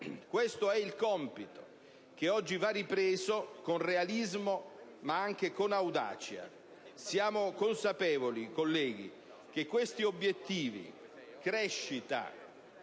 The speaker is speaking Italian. Questo è il compito che oggi va ripreso con realismo, ma anche con audacia. Siamo consapevoli, colleghi, che questi obiettivi, crescita